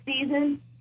season